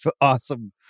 awesome